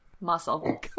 Muscle